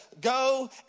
go